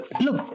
Look